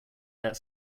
that